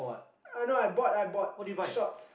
I know I bought I bought shorts